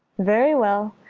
very well!